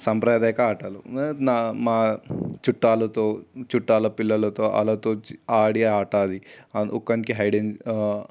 సాంప్రదాయక ఆటలు ఇంకా నా మా చుట్టూలతో చుట్టాల పిల్లలతోవాళ్ళ తో వచ్చి ఆడే ఆట అది ఒకరికి హైడ్ అండ్